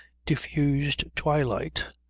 diffused twilight,